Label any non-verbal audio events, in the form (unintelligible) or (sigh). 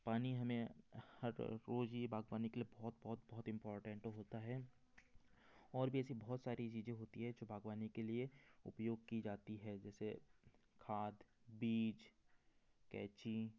पानी हमें हम (unintelligible) रोज़ ही बाग़वानी के लिए बहुत बहुत बहुत इम्पॉर्टेंट होता है और भी ऐसी बहुत सारी चीज़ें होती हैं जो बाग़वानी के लिए उपयोग की जाती है जैसे खाद बीज कैंची